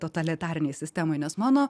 totalitarinėj sistemoj nes mano